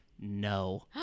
no